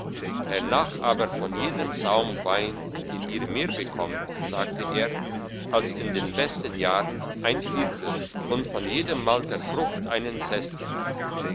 hernach aber von jedem saum wein den ihr mehr bekommt sagte er als in den besten jahren ein viertel und von jedem malter frucht einen sester